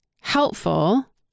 helpful